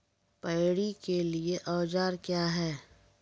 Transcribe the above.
Paddy के लिए औजार क्या हैं?